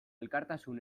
elkartasun